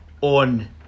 on